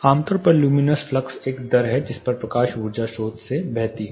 आमतौर पर luminous flux एक दर है जिस पर प्रकाश ऊर्जा स्रोत से बहती है